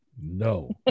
no